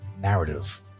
narrative